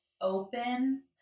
open